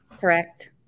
Correct